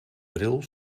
bril